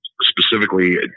specifically